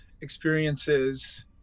experiences